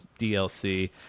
DLC